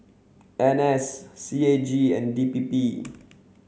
N S C A G and D P P